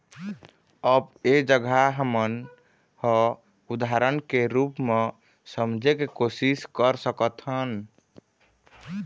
अब ऐ जघा हमन ह उदाहरन के रुप म समझे के कोशिस कर सकत हन